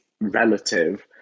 relative